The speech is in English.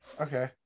Okay